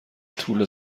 طول